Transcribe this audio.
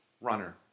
runner